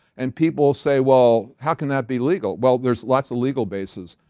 and. people say. well. how can that be legal? well. there's lots of legal basis.